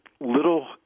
little